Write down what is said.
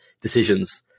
decisions